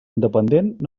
independent